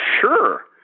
sure